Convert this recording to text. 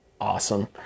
awesome